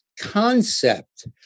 concept